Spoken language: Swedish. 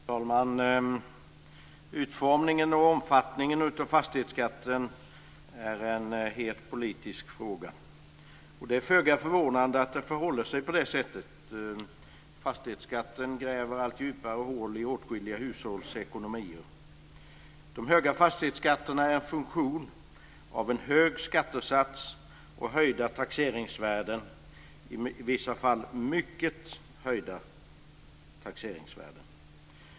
Fru talman! Utformningen och omfattningen av fastighetsskatten är en het politisk fråga. Det är föga förvånande att det förhåller sig på det sättet. Fastighetsskatten gräver allt djupare hål i åtskilliga hushålls ekonomier. De höga fastighetsskatterna är en funktion av en hög skattesats och höjda taxeringsvärden, i vissa fall mycket höjda taxeringsvärden.